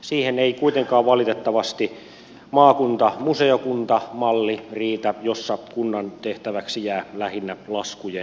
siihen ei kuitenkaan valitettavasti riitä maakuntamuseokunta malli jossa kunnan tehtäväksi jää lähinnä laskujen maksu